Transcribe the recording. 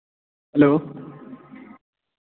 hello